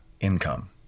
income